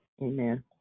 Amen